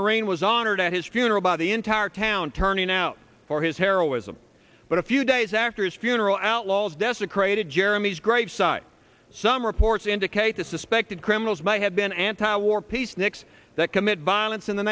marine was honored at his funeral by the entire town turning out for his heroism but a few days after his funeral outlaws desecrated jeremy's graveside some reports indicate the suspected criminals may have been anti war peaceniks that commit violence in the